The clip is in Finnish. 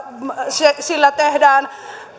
sillä tehdään